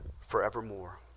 forevermore